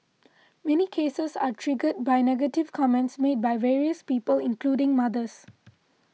many cases are triggered by negative comments made by various people including mothers